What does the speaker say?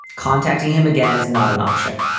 contacting him again is not an option.